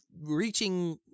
reaching